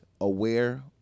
aware